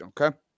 Okay